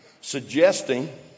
suggesting